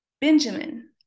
Benjamin